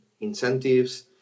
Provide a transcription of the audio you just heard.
incentives